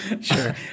Sure